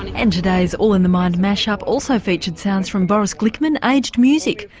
and and today's all in the mind mash up also featured sounds from boris glick, and aged music,